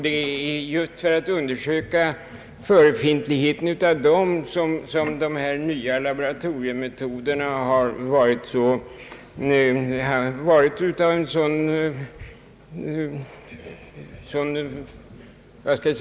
De nya laboratoriemetoderna har varit mycket betydelsefulla då det gäller att undersöka förekomsten av sådana antikroppar.